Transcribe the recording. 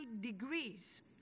Degrees